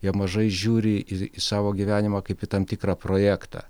jie mažai žiūri į savo gyvenimą kaip į tam tikrą projektą